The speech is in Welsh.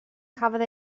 cafodd